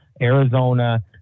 Arizona